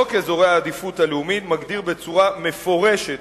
חוק אזורי העדיפות הלאומית מגדיר בצורה מפורשת